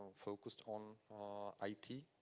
focused on i t.